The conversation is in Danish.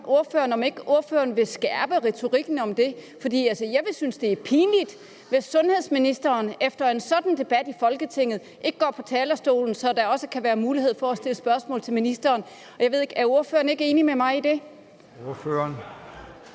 ikke vil skærpe retorikken om det, for jeg vil synes, det er pinligt, hvis sundhedsministeren efter en sådan debat i Folketinget ikke går på talerstolen, så der også kan være mulighed for at stille spørgsmål til ministeren. Jeg ved ikke, om ordføreren